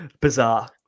Bizarre